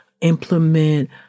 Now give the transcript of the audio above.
implement